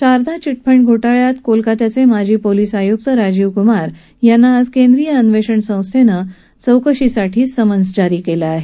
Sharda chit fund घोटाळ्यात कोलकात्याचे माजी पोलीस आयुक्त राजीव कुमार यांना आज केंद्रीय अन्वेषण संस्थेनं चौकशीसाठी बोलावलं आहे